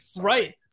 Right